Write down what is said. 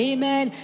Amen